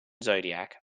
zodiac